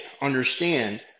understand